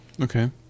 Okay